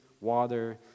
water